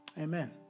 Amen